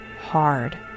hard